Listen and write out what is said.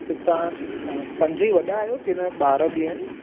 त तव्हां पंज ई वॾा आहियो की न ॿार बि आहिनि